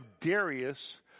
Darius